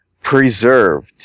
preserved